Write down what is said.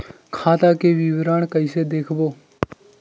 खाता के विवरण कइसे देखबो?